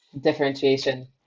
differentiation